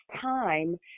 time